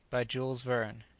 by jules verne.